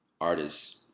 artists